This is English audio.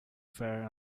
fairs